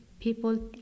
people